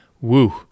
Woo